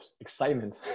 excitement